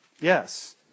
yes